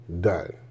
Done